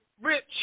rich